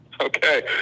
Okay